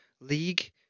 League